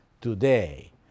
today